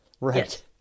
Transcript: Right